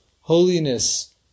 holiness